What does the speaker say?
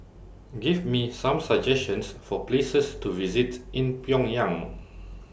Give Me Some suggestions For Places to visit in Pyongyang